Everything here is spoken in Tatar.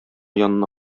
янына